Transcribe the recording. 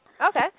Okay